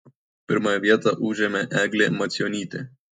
pirmąją vietą užėmė eglė macionytė